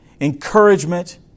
encouragement